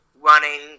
running